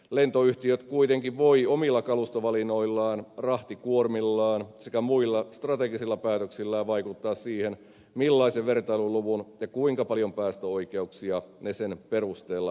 lentoyhtiöt kuitenkin voivat omilla kalustovalinnoillaan rahtikuormillaan sekä muilla strategisilla päätöksillään vaikuttaa siihen millaisen vertailuluvun ja kuinka paljon päästöoikeuksia ne sen perusteella saavat